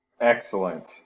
Excellent